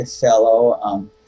fellow